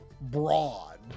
broad